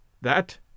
That